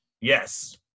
yes